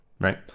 right